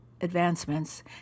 advancements